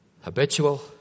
habitual